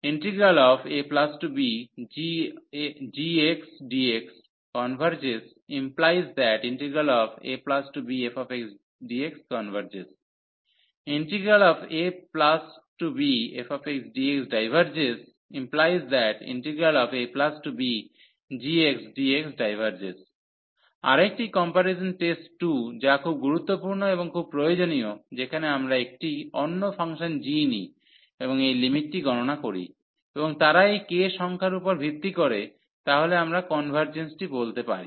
abgxdxconveges⟹abfxdxconveges abfxdxdiverges⟹abgxdxdiverges আরেকটি comparison test 2 যা খুব গুরুত্বপূর্ণ এবং খুব প্রয়োজনীয় যেখানে আমরা একটি অন্য ফাংশন g নিই এবং এই লিমিটটি গণনা করি এবং তারা এই k সংখ্যার উপর ভিত্তি করে তাহলে আমরা কনভার্জেন্সটি বলতে পারি